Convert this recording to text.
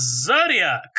Zodiac